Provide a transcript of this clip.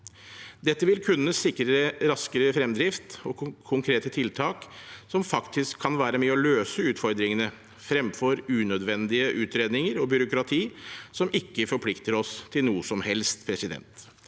Dette vil kunne sikre raskere fremdrift og konkrete tiltak som faktisk kan være med på å løse utfordringene, fremfor unødvendige utredninger og byråkrati som ikke forplikter oss til noe som helst. Jeg